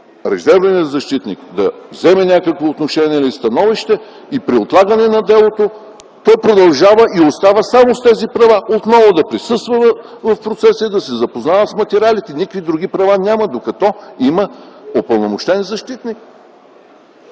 резервният защитник да вземе някакво отношение или становище, и при отлагане на делото той продължава и остава само с тези права – отново да присъства в процеса и да се запознава с материалите! Никакви други права няма, докато има упълномощен защитник.